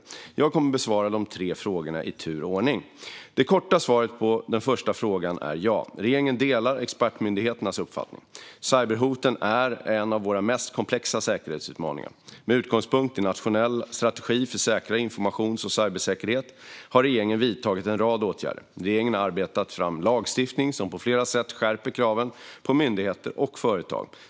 Jag kommer att besvara de tre frågorna i tur och ordning. Det korta svaret på den första frågan är ja. Regeringen delar expertmyndigheternas uppfattning. Cyberhoten är en av våra mest komplexa säkerhetsutmaningar. Med utgångspunkt i skrivelsen Nationell strategi för samhällets informations och cybersäkerhet har regeringen vidtagit en rad åtgärder. Regeringen har arbetat fram lagstiftning som på flera sätt skärper kraven på myndigheter och företag.